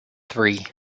three